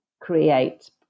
create